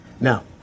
Now